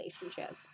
relationship